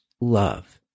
love